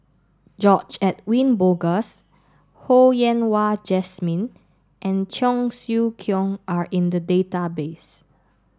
George Edwin Bogaars Ho Yen Wah Jesmine and Cheong Siew Keong are in the database